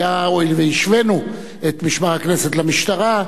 הואיל והשווינו את משמר הכנסת למשטרה,